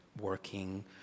working